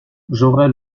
j’aurais